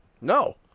No